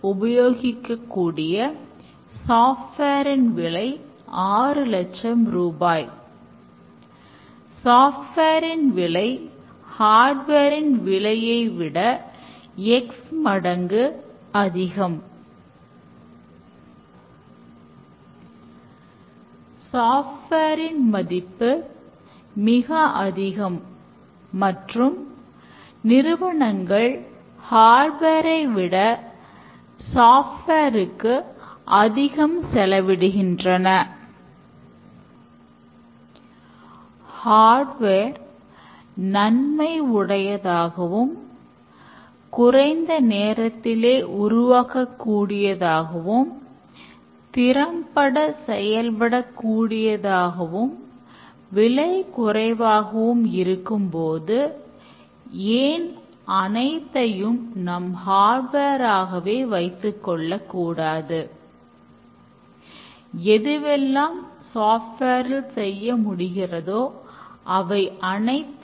hardware மூலமாகவும் செய்ய முடியும்